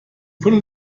von